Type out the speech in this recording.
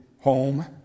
home